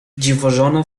dziwożona